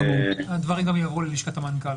הדברים גם יועברו ללשכת המנכ"ל.